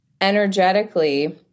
energetically